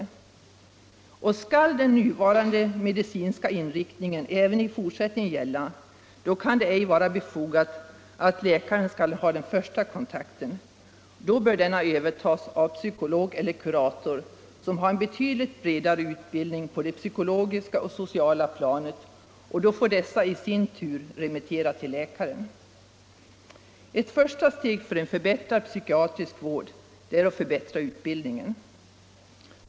Skall den nuvarande medicinska inriktningen även i fortsättningen gälla, kan det ej vara befogat att läkaren skall ha den första kontakten. Då bör den kontakten övertas av psykolog eller kurator som har en betydligt bredare utbildning på det psykologiska och sociala planet, och dessa får i sin tur remittera till läkare. Ett första steg när det gäller att få en förbättrad psykiatrisk vård är att förbättra utbildningen.